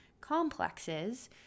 complexes